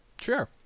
Sure